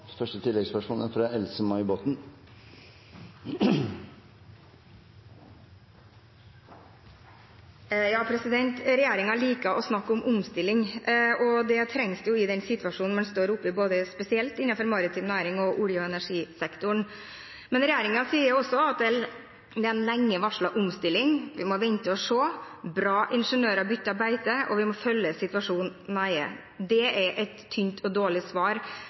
Botten. Regjeringen liker å snakke om omstilling. Det trengs i den situasjonen man står oppe i, spesielt innenfor maritim næring og olje- og energisektoren. Men regjeringen sier også at det er en lenge varslet omstilling, vi må vente og se, det er bra ingeniører bytter beite, og vi må følge situasjonen nøye. Det er et tynt og dårlig svar